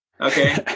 Okay